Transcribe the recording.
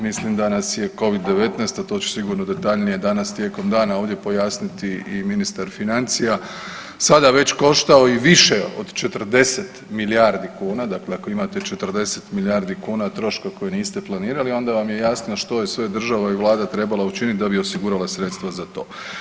Mislim da nas je Covid-19, a to će sigurno detaljnije danas tijekom dana ovdje pojasniti i ministar financija sada već koštao i više od 40 milijardi kuna, dakle ako imate 40 milijardi kuna troška koji niste planirali onda vam je jasno što je sve država i vlada trebala učiniti da bi osigurala sredstva za to.